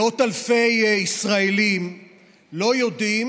מאות אלפי ישראלים לא יודעים